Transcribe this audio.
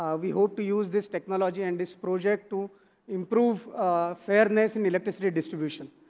ah we hope to use this technology and this project to improve fairness in electricity distribution.